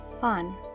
fun